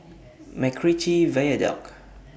Macritchie Viaduct